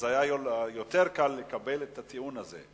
אז היה יותר קל לקבל את הטיעון הזה.